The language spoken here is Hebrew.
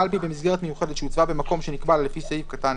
קלפי במסגרת מיוחדת שהוצבה במקום שנקבע לה לפי סעיף קטן